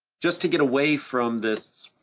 just to get away from this